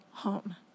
home